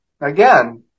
Again